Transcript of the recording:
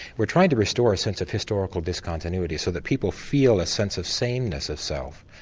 we are trying to restore a sense of historical dis-continuity so that people feel a sense of sameness of self.